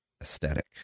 aesthetic